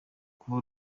kuva